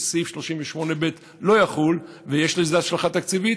שסעיף 38(ב) לא יחול ושיש לזה השלכה תקציבית,